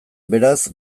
beraz